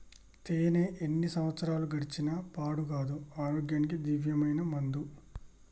తేనే ఎన్ని సంవత్సరాలు గడిచిన పాడు కాదు, ఆరోగ్యానికి దివ్యమైన మందు